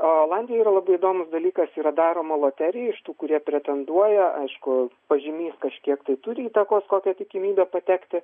o olandija yra labai įdomus dalykas yra daroma loterija iš tų kurie pretenduoja aišku pažymys kažkiek tai turi įtakos kokia tikimybė patekti